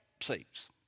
seats